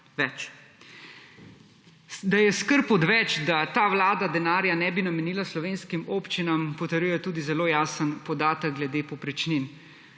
več. Da je skrb odveč, da ta vlada denarja ne bi namenila slovenskim občinam, potrjuje tudi zelo jasen podatek glede povprečnin.